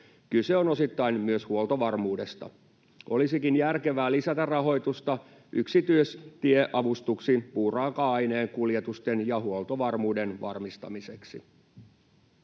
Kyse on osittain myös huoltovarmuudesta. Olisikin järkevää lisätä rahoitusta yksityistieavustuksiin puuraaka-aineen kuljetusten ja huoltovarmuuden varmistamiseksi.